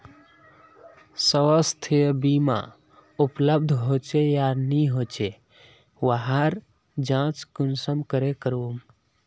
स्वास्थ्य बीमा उपलब्ध होचे या नी होचे वहार जाँच कुंसम करे करूम?